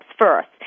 first